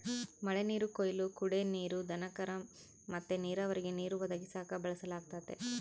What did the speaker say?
ಮಳೆನೀರು ಕೊಯ್ಲು ಕುಡೇ ನೀರು, ದನಕರ ಮತ್ತೆ ನೀರಾವರಿಗೆ ನೀರು ಒದಗಿಸಾಕ ಬಳಸಲಾಗತತೆ